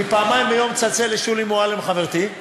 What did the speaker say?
אני פעמיים ביום מצלצל לשולי מועלם חברתי,